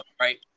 right